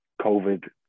covid